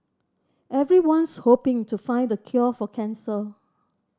everyone's hoping to find the cure for cancer